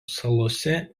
salose